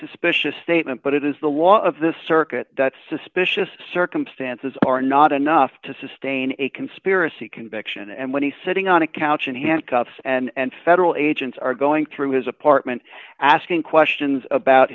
suspicious statement but it is the law of this circuit that suspicious circumstances are not enough to sustain a conspiracy conviction and when he sitting on a couch in handcuffs and federal agents are going through his apartment asking questions about